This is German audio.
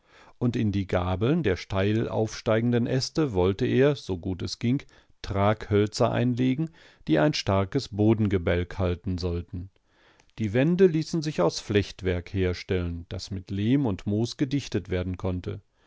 und in die gabeln der steil aufsteigenden äste wollte er so gut es ging traghölzer einlegen die ein starkes bodengebälk halten sollten die wände ließen sich aus flechtwerk herstellen das mit lehm und moos gedichtet werden konnte